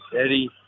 Eddie